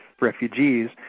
refugees